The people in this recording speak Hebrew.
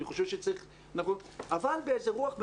אני חושב שצריך אבל באיזה רוח,